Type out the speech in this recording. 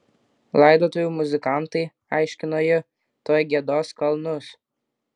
laidotuvių muzikantai aiškino ji tuoj giedos kalnus